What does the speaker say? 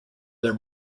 their